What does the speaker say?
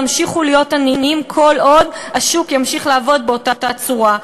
ימשיכו להיות עניים כל עוד השוק ימשיך לעבוד באותה צורה.